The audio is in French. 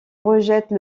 rejette